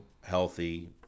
healthy